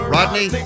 Rodney